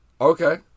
Okay